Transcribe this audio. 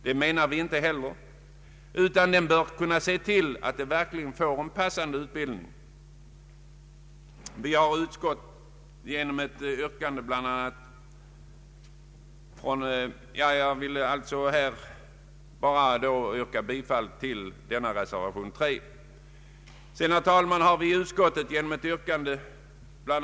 Det anser vi inte heller, utan den bör kunna se till att eleverna verkligen får en passande utbildning. I en centerpartimotion har tagits upp frågan om ett bättre tillgodoseende av handikappades undervisningsmöjligheter inom gymnasieskolan.